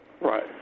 Right